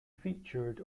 featured